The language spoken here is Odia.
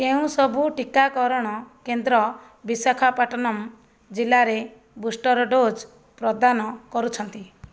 କେଉଁ ସବୁ ଟିକାକରଣ କେନ୍ଦ୍ର ବିଶାଖାପଟନମ୍ ଜିଲ୍ଲାରେ ବୁଷ୍ଟର୍ ଡୋଜ୍ ପ୍ରଦାନ କରୁଛନ୍ତି